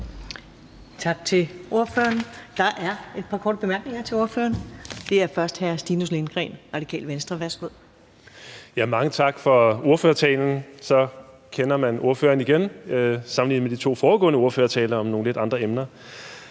Tak til ordføreren. Der er et par korte bemærkninger til ordføreren. Først er det hr. Stinus Lindgreen, Radikale Venstre. Værsgo. Kl. 21:22 Stinus Lindgreen (RV): Mange tak for ordførertalen. Så kender man ordføreren igen sammenlignet med de to foregående ordførertaler om nogle lidt andre emner.